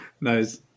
Nice